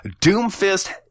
Doomfist